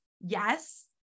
Yes